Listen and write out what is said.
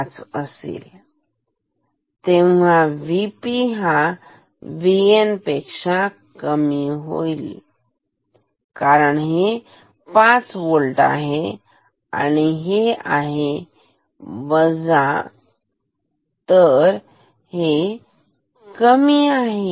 5 असेल तेव्हा VP हा VN पेक्षा कमी असेल कारण हे पाच होल्ट आहे आणि हे आहे वजा तर हे कमी आहे